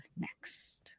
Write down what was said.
next